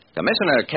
Commissioner